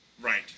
Right